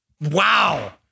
Wow